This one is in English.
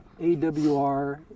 AWR